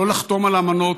לא לחתום על אמנות,